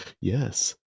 Yes